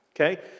okay